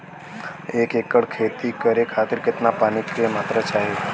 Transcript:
एक एकड़ खेती करे खातिर कितना पानी के मात्रा चाही?